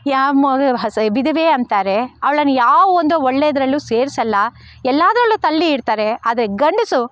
ಯಾವ ಮೊ ಸ್ವಾರಿ ವಿಧವೆ ಅಂತಾರೆ ಅವ್ಳನ್ನು ಯಾವೊಂದು ಒಳ್ಳೆದರಲ್ಲೂ ಸೇರಿಸೊಲ್ಲ ಎಲ್ಲದರಲ್ಲೂ ತಳ್ಳಿ ಇಡ್ತಾರೆ ಆದರೆ ಗಂಡಸು